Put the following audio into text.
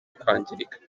kwangirika